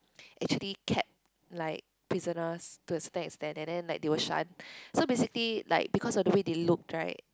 actually kept like prisoners to a certain extent and then they were like shunned so basically like because of the way they looked right